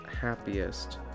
happiest